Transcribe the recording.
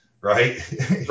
Right